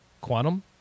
Quantum